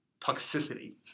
toxicity